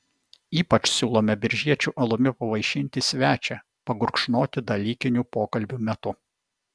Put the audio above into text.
ypač siūlome biržiečių alumi pavaišinti svečią pagurkšnoti dalykinių pokalbių metu